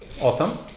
Awesome